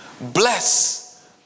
Bless